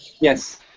Yes